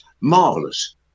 marvelous